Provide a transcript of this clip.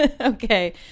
Okay